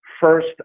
first